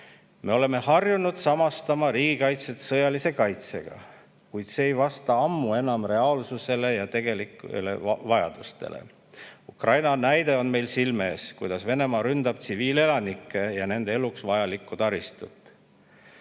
Me oleme harjunud samastama riigikaitset sõjalise kaitsega, kuid see ei vasta ammu enam reaalsusele ja tegelikele vajadustele. Meil on silme ees Ukraina näide, kuidas Venemaa ründab tsiviilelanikke ja nende eluks vajalikku taristut.